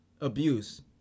abuse